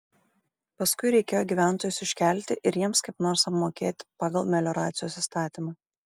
paskui reikėjo gyventojus iškelti ir jiems kaip nors apmokėt pagal melioracijos įstatymą